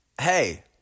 Hey